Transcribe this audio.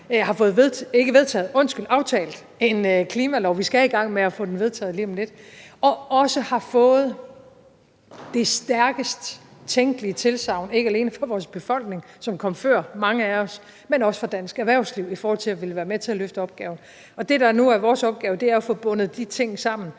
har fået aftalt en klimalov. Vi skal i gang med at få den vedtaget lige om lidt. Og vi har også fået det stærkest tænkelige tilsagn, ikke alene fra vores befolkning, som kom før mange af os, men også fra dansk erhvervsliv i forhold til at ville være med til at løfte opgaven. Det, der nu er vores opgave, er at få bundet de ting sammen,